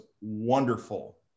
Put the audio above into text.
wonderful